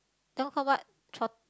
that one called what trot